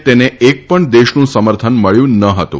જાકે તેને એક પણ દેશનું સમર્થન મળ્યું ન ફતું